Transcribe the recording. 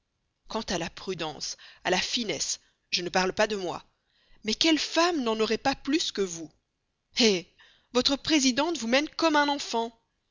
quant à la prudence à la finesse je ne parle pas de moi mais quelle femme n'en aurait pas plus que vous eh votre présidente vous mène comme un enfant